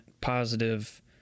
positive